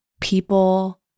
people